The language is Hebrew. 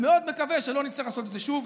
ומאוד מקווה שלא נצטרך לעשות את זה שוב.